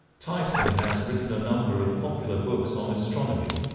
tyson has written a number of popular books on astronomy.